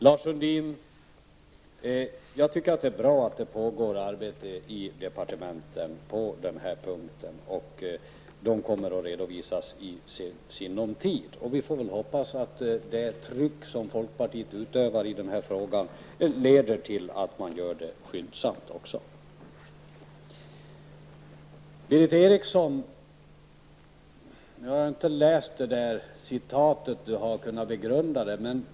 Jag tycker, Lars Sundin, att det är bra att det pågår arbete i departementet på den här punkten. Resultatet av det arbetet kommer att redovisas i sinom tid. Jag hoppas att det tryck som folkpartiet utövar i den här frågan leder till att arbetet kommer att ske skyndsamt. Jag har inte läst det citat Berith Eriksson läste upp och har alltså inte kunnat begrunda det.